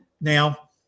Now